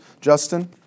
Justin